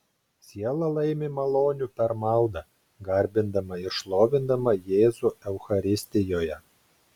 siela laimi malonių per maldą garbindama ir šlovindama jėzų eucharistijoje